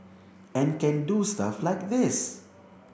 and can do stuff like this